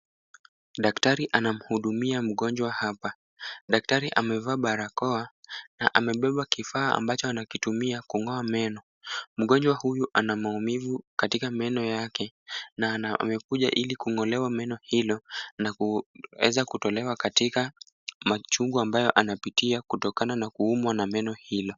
Daktari anamhudumia mgonjwa hapa. Daktari amevaa barakoa na amebeba kifaa ambacho anakitumia kung'oa meno. Mgonjwa huyu ana maumivu katika meno yake na amekuja iling'oa meno hilo na kueza kutolewa katika machungu ambayo anapitia kutokana na kuumwa na memo hilo.